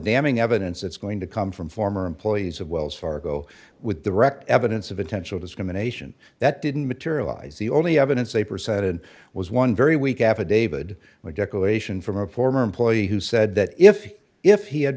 damning evidence that's going to come from former employees of wells fargo with the record evidence of intentional discrimination that didn't materialize the only evidence they presented was one very weak affidavit or declaration from a former employee who said that if he if he had